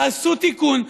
תעשו תיקון,